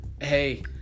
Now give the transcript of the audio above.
Hey